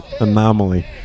Anomaly